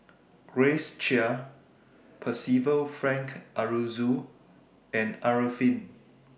Grace Chia Percival Frank Aroozoo and Arifin